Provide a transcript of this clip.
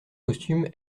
costume